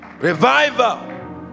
Revival